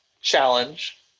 challenge